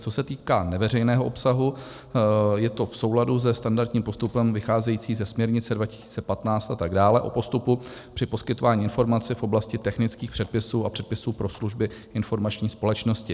Co se týká neveřejného obsahu, je to v souladu se standardním postupem vycházejícím ze směrnice 2015 a tak dále o postupu při poskytování informace v oblasti technických předpisů a předpisů pro služby informační společnosti.